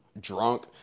drunk